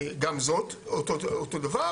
גם זאת אותו דבר,